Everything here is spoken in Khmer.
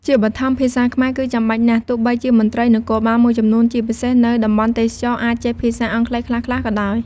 ជាបឋម ភាសាខ្មែរគឺចាំបាច់ណាស់ ទោះបីជាមន្ត្រីនគរបាលមួយចំនួនជាពិសេសនៅតំបន់ទេសចរណ៍អាចចេះភាសាអង់គ្លេសខ្លះៗក៏ដោយ។